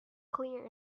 clear